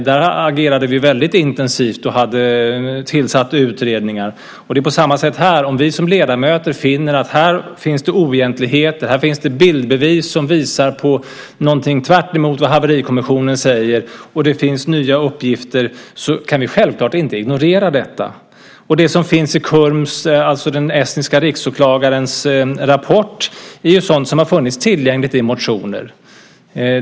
Då agerade vi intensivt och tillsatte utredningar. Det är på samma sätt här. Om vi som ledamöter finner att här finns det oegentligheter, bildbevis som visar någonting som är tvärtemot vad Haverikommissionen säger och nya uppgifter så kan vi självfallet inte ignorera detta. Det som finns i Kurms, den estniska riksåklagarens, rapport är sådant som har funnits tillgängligt i motioner.